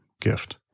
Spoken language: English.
gift